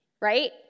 Right